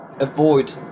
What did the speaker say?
avoid